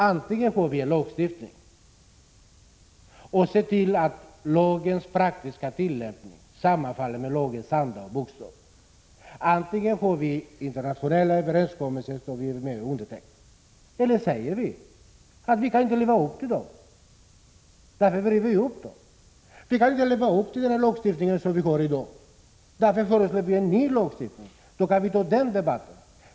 Antingen skall vi se till att tillämpningen av lagen sammanfaller med dess anda och bokstav och att vi följer internationella överenskommelser eller också skall vi säga att vi inte kan tillämpa lagen eller följa de ingångna överenskommelserna. I det senare fallet måste lagen ändras och avtalen sägas upp. Då får vi ta den debatten.